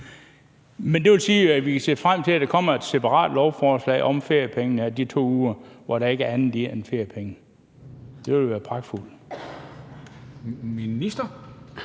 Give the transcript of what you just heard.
Men det vil sige, at vi kan se frem til, at der kommer et separat lovforslag om de 2 ugers feriepenge, hvor der ikke er andet i det end det. Det ville være pragtfuldt.